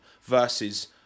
Versus